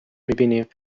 میبینیم